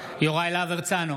יוראי להב הרצנו,